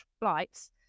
flights